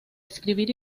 escribir